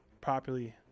properly